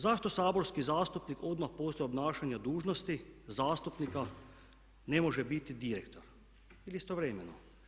Zašto saborski zastupnik odmah poslije obnašanja dužnosti zastupnika ne može biti direktor ili istovremeno?